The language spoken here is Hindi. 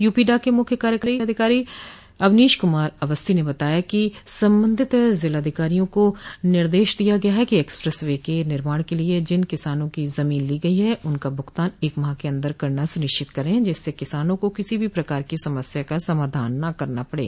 यूपीडा के मुख्य कार्यकारी अधिकारी अवनोश क्मार अवस्थी ने बताया कि संबंधित जिलाधिकारियों को निर्देश दिया गया है कि एक्सप्रेस वे के निर्माण के लिये जिन किसानों की जमीन ली गई उनका भुगतान एक माह के अन्दर करना सुनिश्चित करे जिससे किसानों को किसी भी प्रकार की समस्या का सामना न करना पड़े